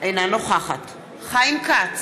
אינה נוכחת חיים כץ,